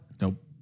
Nope